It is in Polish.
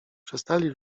przestali